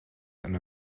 and